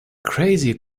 crazy